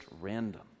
random